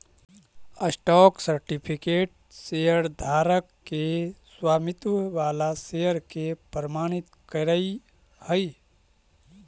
stock certificate शेयरधारक के स्वामित्व वाला शेयर के प्रमाणित करऽ हइ